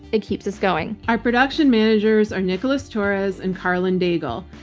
it keeps us going. our production managers are nicholas torres and karlyn daigle.